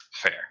fair